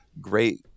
great